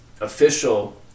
official